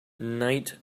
night